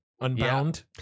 Unbound